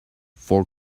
for